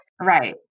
Right